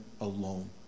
alone